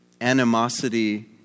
animosity